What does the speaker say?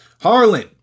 Harlan